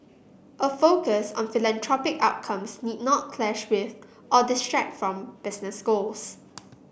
a focus on philanthropic outcomes need not clash with or distract from business goals